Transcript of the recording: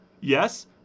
yes